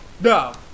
No